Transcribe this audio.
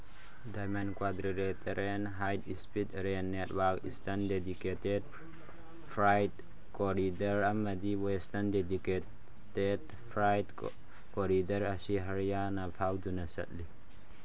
diamond ꯀ꯭ꯋꯥꯗ꯭ꯔꯤꯔꯦꯇꯔꯦꯟ high speed rail network eastern dedicated freight corridor ꯑꯃꯗꯤ western dedicated freight corridor ꯑꯁꯤ ꯍꯔꯤꯌꯥꯅꯥ ꯐꯥꯎꯗꯨꯅ ꯆꯠꯂꯤ